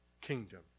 kingdom